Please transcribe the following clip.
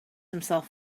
himself